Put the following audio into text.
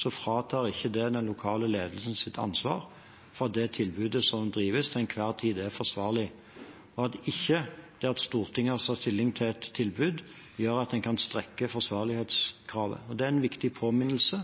fratar ikke det den lokale ledelsens ansvar for at det tilbudet som drives, til enhver tid er forsvarlig, og at det ikke er slik at det at Stortinget har tatt stilling til ett tilbud, gjør at en kan strekke forsvarlighetskravet. Det er en viktig påminnelse